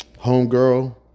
homegirl